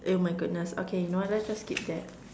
eh oh my goodness okay know what let's just skip that